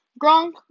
Gronk